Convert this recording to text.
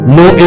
no